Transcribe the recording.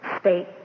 state